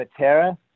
Matera